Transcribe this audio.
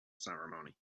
ceremony